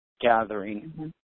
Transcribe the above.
gathering